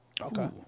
Okay